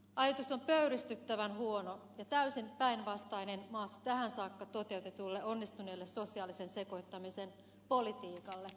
ajatus on pöyristyttävän huono ja täysin päinvastainen maassa tähän saakka toteutetulle onnistuneelle sosiaalisen sekoittamisen politiikalle